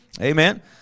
Amen